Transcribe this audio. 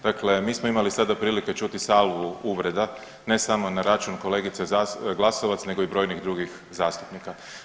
Dakle, mi smo imali prilike sada čuti salvu uvreda ne samo na račun kolegice Glasovac nego i brojnih drugih zastupnika.